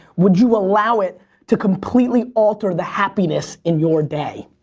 would you allow it to completely alter the happiness in your day?